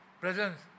presence